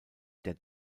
der